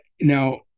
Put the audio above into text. now